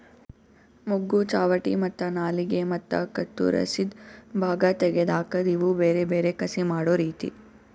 ಮೊಗ್ಗು, ಚಾವಟಿ ಮತ್ತ ನಾಲಿಗೆ ಮತ್ತ ಕತ್ತುರಸಿದ್ ಭಾಗ ತೆಗೆದ್ ಹಾಕದ್ ಇವು ಬೇರೆ ಬೇರೆ ಕಸಿ ಮಾಡೋ ರೀತಿ